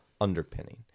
underpinning